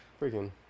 freaking